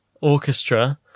orchestra